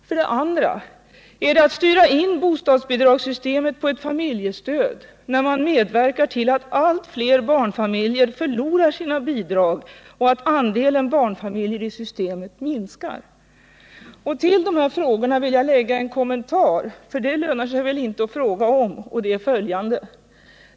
För det andra: Är det att styra in bostadsbidragssystemet på ett familjestöd, när man medverkar till att allt fler barnfamiljer förlorar sina bidrag och att Till de här frågorna vill jag lägga en kommentar — för det lönar sig väl inte Fredagen den att fråga — och det är följande.